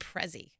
Prezi